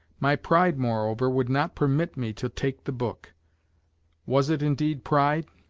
my pride, moreover, would not permit me to take the book was it indeed pride?